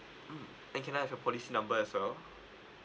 mm and can I have your policy number as well